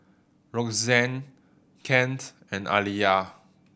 Roxanne Kent and Aliya